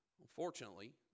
unfortunately